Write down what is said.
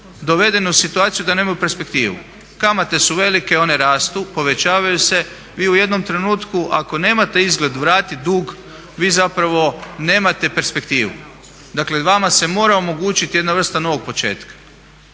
doveden u situaciju da nemaju perspektivu. Kamate su velike, one rastu, povećavaju se. Vi u jednom trenutku ako nemate izgled vratiti dug, vi zapravo nemate perspektivu. Dakle vama se mora omogućiti jedna vrsta novog početka.